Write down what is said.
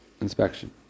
inspection